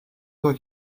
toit